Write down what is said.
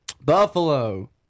Buffalo